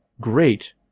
great